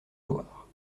loire